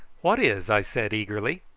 what is? i said eagerly.